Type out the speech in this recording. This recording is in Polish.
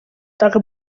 tak